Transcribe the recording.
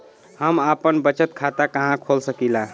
हम आपन बचत खाता कहा खोल सकीला?